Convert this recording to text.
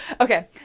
Okay